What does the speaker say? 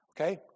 Okay